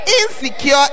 insecure